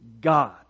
God